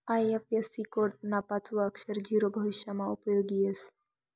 IFSC code ना पाचवं अक्षर झीरो भविष्यमा उपयोगी येस